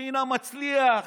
רינה מצליח,